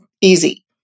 easy